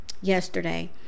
yesterday